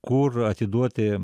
kur atiduoti